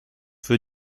für